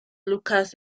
lucas